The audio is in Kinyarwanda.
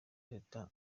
teta